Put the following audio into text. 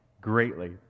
greatly